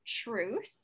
truth